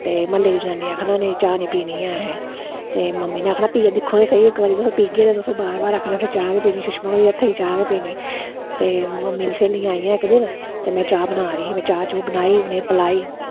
ते म्हल्ले दी जनानियें आखना नेईं चाह् निं पीनी ऐ ते मम्मी ने आखना पीयै दिक्खो ते स्हेई इक बारी पीगे ते तुसें बार बार आखना असें चाह् गै पीनी सुषमा दे हत्थै दी चाह् गै पीनी ते मम्मी दी स्होलियां आइयां इक दिन ते में चाह् बना दी ही में चाह् चूह् बनाई उ'नें गी पलाई